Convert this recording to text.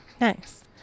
nice